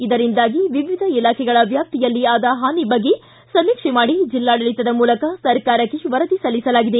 ಇದರಿಂದಾಗಿ ವಿವಿಧ ಇಲಾಖೆಗಳ ವ್ಯಾಪ್ತಿಯಲ್ಲಿ ಆದ ಹಾನಿ ಬಗ್ಗೆ ಸಮೀಕ್ಷೆ ಮಾಡಿ ಜಿಲ್ಲಾಡಳಿತದ ಮೂಲಕ ಸರ್ಕಾರಕ್ಕೆ ವರದಿ ಸಲ್ಲಿಸಲಾಗಿದೆ